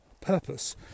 purpose